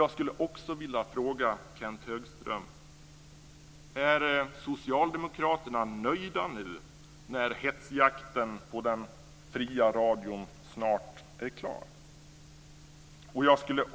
Jag skulle vilja fråga Kenth Högström: Är Socialdemokraterna nöjda nu när hetsjakten på den fria radion snart är klar?